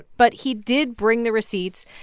but he did bring the receipts,